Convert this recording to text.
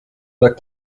the